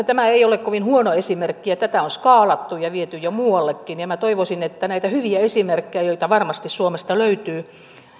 tämä ei ole kovin huono esimerkki ja tätä on skaalattu ja viety jo muuallekin minä toivoisin että näitä hyviä esimerkkejä joita varmasti suomesta löytyy